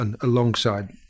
alongside